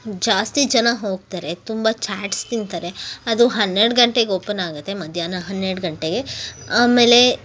ಜಾಸ್ತಿ ಜನ ಹೋಗ್ತಾರೆ ತುಂಬ ಚ್ಯಾಟ್ಸ್ ತಿಂತಾರೆ ಅದು ಹನ್ನೆರಡು ಗಂಟೆಗೆ ಓಪನ್ನಾಗುತ್ತೆ ಮಧ್ಯಾಹ್ನ ಹನ್ನೆರಡು ಗಂಟೆಗೆ ಆಮೇಲೆ